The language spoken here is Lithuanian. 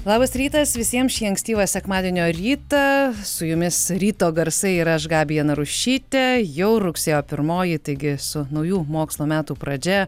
labas rytas visiems šį ankstyvą sekmadienio rytą su jumis ryto garsai ir aš gabija narušytė jau rugsėjo pirmoji taigi su naujų mokslo metų pradžia